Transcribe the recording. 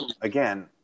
again